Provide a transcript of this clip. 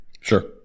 Sure